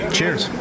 Cheers